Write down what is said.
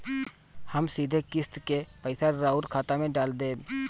हम सीधे किस्त के पइसा राउर खाता में डाल देम?